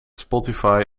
spotify